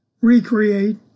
recreate